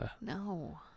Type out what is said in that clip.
No